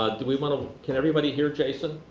ah do we want to can everybody hear jason?